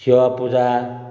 सेवा पूजा